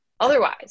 Otherwise